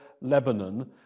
Lebanon